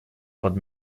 под